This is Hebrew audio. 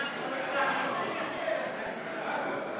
אגרות והוצאות (הוראת שעה), התשע"ז 2016,